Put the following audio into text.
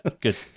Good